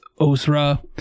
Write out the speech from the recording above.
Osra